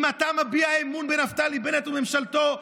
אם אתה מביע אמון בנפתלי בנט וממשלתו,